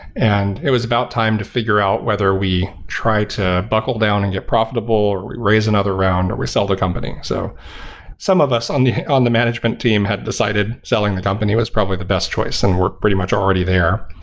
and it was about time to figure out whether we try to buckle down and get a profitable or raise another round or resell the company. so some of us on the on the management team had decided selling the company was probably the best choice and we're pretty much already there,